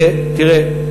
תראה,